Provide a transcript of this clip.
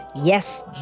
Yes